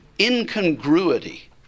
incongruity